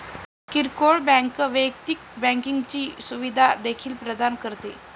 किरकोळ बँक वैयक्तिक बँकिंगची सुविधा देखील प्रदान करते